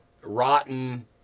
rotten